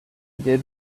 did